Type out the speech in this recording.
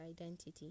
identity